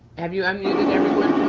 have you unmuted everyone?